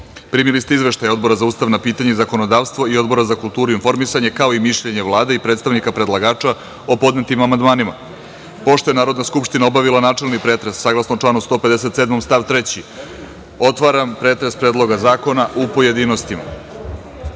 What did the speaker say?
ste izveštaje Odbora za ustavna pitanja i zakonodavstvo i Odbora za kulturu i informisanje, kao i mišljenje Vlade i predstavnika predlagača o podnetim amandmanima. Pošto je Narodna skupština obavila načelni pretres, saglasno članu 157. stav 3, otvaram pretres Predloga zakona u pojedinostima. Na